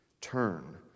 turn